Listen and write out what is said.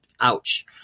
ouch